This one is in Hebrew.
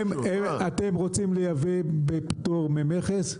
אתם רוצים לייבא בפטור ממכס,